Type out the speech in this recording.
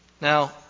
Now